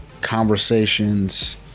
conversations